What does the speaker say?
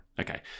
Okay